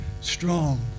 strong